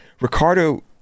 Ricardo